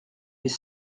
mais